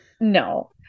No